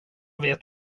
vet